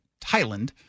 Thailand